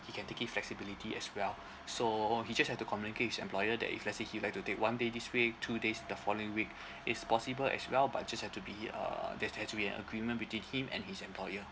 he can take it flexibility as well so he just had to communicate with his employer that if let's say he'd like to take one day this week two days the following week it's possible as well but just have to be uh that has to be an agreement between him and his employer